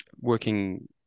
working